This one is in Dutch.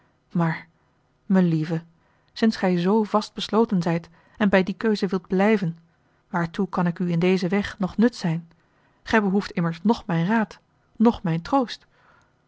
maar melieve sinds gij z vast besloten zijt en bij die keuze wilt blijven waartoe kan ik u in dezen weg nog nut zijn gij behoeft immers noch mijn raad noch mijn troost